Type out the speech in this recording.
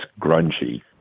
grungy